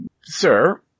sir